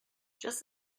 just